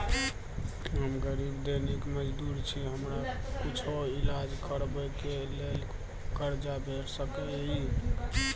हम गरीब दैनिक मजदूर छी, हमरा कुछो ईलाज करबै के लेल कर्जा भेट सकै इ?